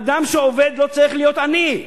אדם שעובד לא צריך להיות עני,